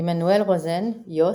עמנואל רוזן, יוס,